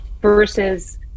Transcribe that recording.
versus